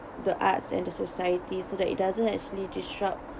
the arts and the society so that it doesn't actually disrupt